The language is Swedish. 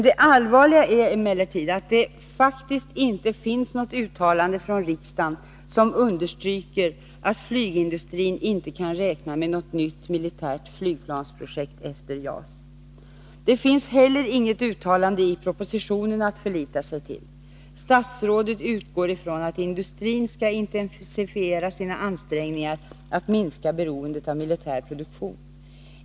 Det allvarliga är emellertid att det faktiskt inte finns något uttalande från riksdagen som understryker att flygindustrin inte kan räkna med något nytt militärt flygplansprojekt efter JAS. Det finns heller inget uttalande i propositionen att förlita sig till. Statsrådet utgår från att industrin skall intensifiera sina ansträngningar att minska beroendet av militär produktion.